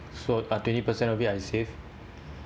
so uh twenty percent of it I save